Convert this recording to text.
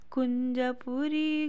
Kunjapuri